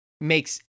makes